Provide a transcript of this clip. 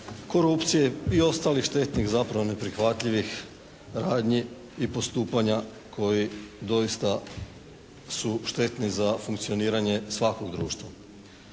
korupcije i ostalih štetnih, zapravo neprihvatljivih radnji i postupanja koji doista su štetni za funkcioniranje svakog društva.